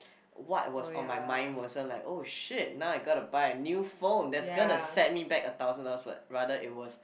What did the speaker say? what was on my mind wasn't like oh shit now I got to buy a new phone that's gonna set me back a thousand dollars rather it was